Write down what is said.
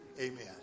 Amen